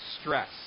stress